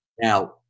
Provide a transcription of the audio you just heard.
Now